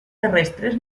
terrestres